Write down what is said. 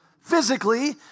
physically